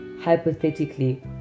hypothetically